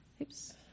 Oops